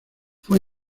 fue